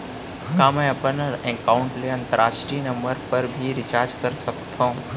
का मै ह अपन एकाउंट ले अंतरराष्ट्रीय नंबर पर भी रिचार्ज कर सकथो